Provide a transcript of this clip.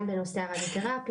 גם שנושא המיזותרפיה,